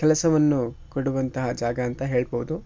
ಕೆಲಸವನ್ನು ಕೊಡುವಂತಹ ಜಾಗ ಅಂತ ಹೇಳ್ಬೌದು